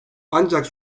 ancak